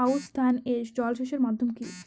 আউশ ধান এ জলসেচের মাধ্যম কি?